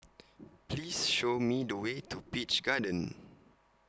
Please Show Me The Way to Peach Garden